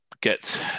get